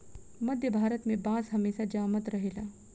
मध्य भारत में बांस हमेशा जामत रहेला